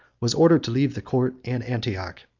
was ordered to leave the court and antioch.